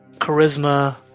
charisma